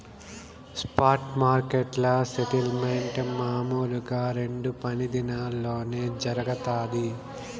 spot మార్కెట్ల settlement మామూలుగా రెండు పని దినాల్లోనే జరగతాది